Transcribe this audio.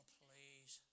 please